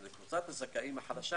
קבוצת הזכאים החדשה